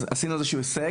אז עשינו איזה שהוא הישג.